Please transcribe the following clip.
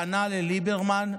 פנה לליברמן,